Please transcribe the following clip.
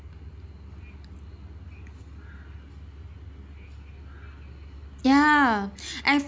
ya I've